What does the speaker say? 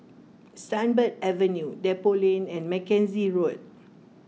Sunbird Avenue Depot Lane and Mackenzie Road